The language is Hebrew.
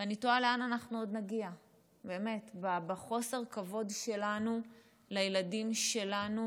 ואני תוהה לאן אנחנו עוד נגיע באמת בחוסר הכבוד שלנו לילדים שלנו,